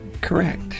correct